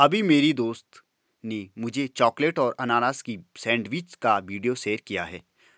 अभी मेरी दोस्त ने मुझे चॉकलेट और अनानास की सेंडविच का वीडियो शेयर किया है